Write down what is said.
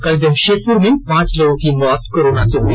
कल जमशेदपुर में पांच लोगों की मौत कोरोना से हुई